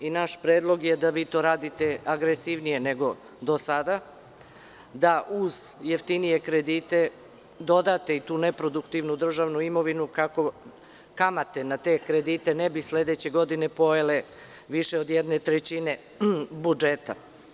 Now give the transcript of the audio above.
Naš predlog je da vi to radite agresivnije nego do sada, da uz jeftinije kredite dodate i tu neproduktivnu državnu imovinu, kako kamate na te kredite ne bi sledeće godine pojele više od jedne trećine budžeta.